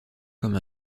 comme